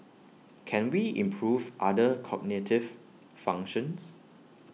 can we improve other cognitive functions